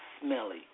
smelly